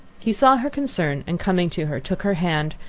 he saw her concern, and coming to her, took her hand,